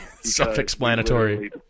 self-explanatory